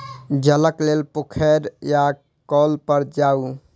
जलक लेल पोखैर या कौल पर जाऊ